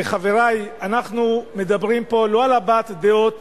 וחברי, אנחנו מדברים פה לא על הבעת דעות